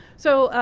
so,